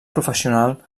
professional